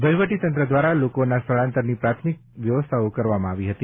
વહીવટીતંત્ર દ્વારા લોકોના સ્થળાંતરની પ્રાથમિક વ્યવસ્થાઓ કરવામાં આવી છે